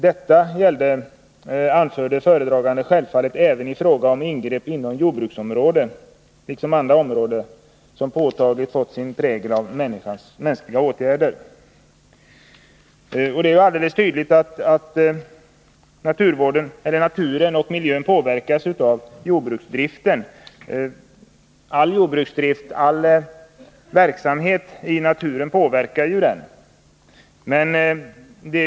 Detta gällde, anförde föredraganden, självfallet även i fråga om ingrepp inom jordbruksområden liksom inom andra områden som påtagligt fått sin prägel av människans åtgärder.” Det är helt tydligt att naturen och miljön påverkas av jordbruksdriften. All jordbruksdrift, all verksamhet i naturen påverkar ju denna.